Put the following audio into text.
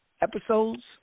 episodes